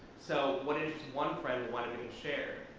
so what if one friend wanted to share,